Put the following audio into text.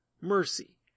mercy